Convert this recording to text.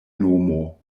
nomo